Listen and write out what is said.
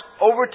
over